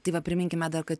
tai va priminkime dar kad